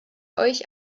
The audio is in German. euch